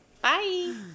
Bye